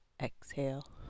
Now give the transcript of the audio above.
exhale